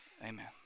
Amen